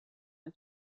ein